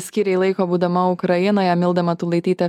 skyrei laiko būdama ukrainoje milda matulaitytė